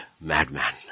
madman